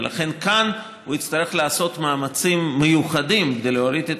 ולכן כאן הוא יצטרך לעשות מאמצים מיוחדים כדי להוריד את